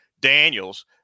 Daniels